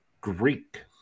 Greek